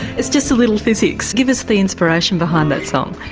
it's just a little physics. give us the inspiration behind that song.